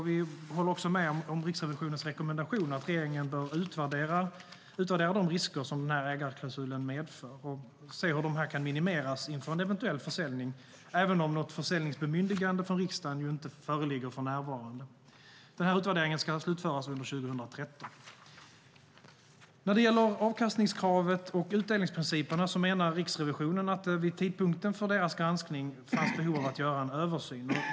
Vi håller också med om Riksrevisionens rekommendation att regeringen bör utvärdera de risker som ägarklausulen medför och se hur de kan minimeras inför en eventuell försäljning, även om något försäljningsbemyndigande från riksdagen inte föreligger för närvarande. Den här utvärderingen ska slutföras under 2013. När det gäller avkastningskravet och utdelningsprinciperna menar Riksrevisionen att det vid tidpunkten för deras granskning fanns behov av att göra en översyn.